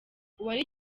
uwari